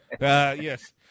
Yes